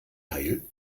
teil